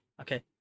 okay